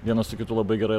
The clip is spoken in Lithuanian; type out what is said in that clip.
vienas su kitu labai gerai